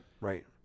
right